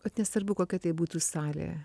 vat nesvarbu kokia tai būtų salė